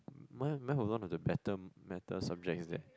mine math was one of the better better subjects there